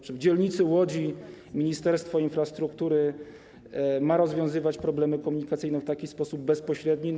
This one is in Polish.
Czy w dzielnicy Łodzi Ministerstwo Infrastruktury ma rozwiązywać problemy komunikacyjne w taki bezpośredni sposób?